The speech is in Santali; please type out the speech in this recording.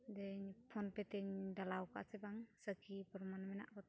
ᱡᱮ ᱤᱧ ᱯᱷᱳᱱ ᱯᱮᱹ ᱛᱮᱧ ᱰᱟᱞᱟᱣᱠᱟᱜᱼᱟ ᱥᱮ ᱵᱟᱝ ᱥᱟᱹᱠᱷᱤ ᱯᱚᱨᱢᱟᱱ ᱢᱮᱱᱟᱜ